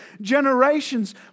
generations